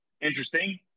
Interesting